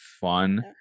fun